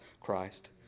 Christ